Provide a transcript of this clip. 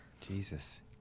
Jesus